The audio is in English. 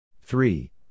Three